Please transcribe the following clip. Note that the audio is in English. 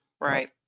Right